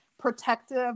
protective